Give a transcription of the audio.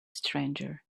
stranger